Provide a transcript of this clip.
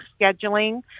scheduling